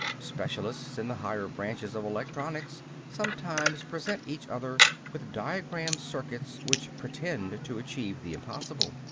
specialists in the higher branches of electronics sometimes present each other with diagrammed circuits which pretend to achieve the impossible.